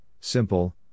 simple